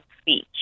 speech